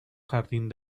jardín